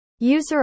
User